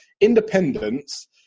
Independence